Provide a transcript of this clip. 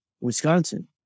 Wisconsin